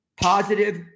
positive